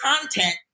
content